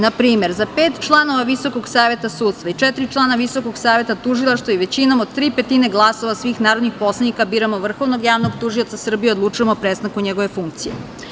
Na primer, za pet članova Visokog saveta sudstva i četiri člana Visokog saveta tužilaštva i većinom od tri petine glasova svih narodnih poslanika biramo vrhovnog javnog tužioca Srbije i odlučujemo o prestanku njegove funkcije.